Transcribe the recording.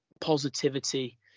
positivity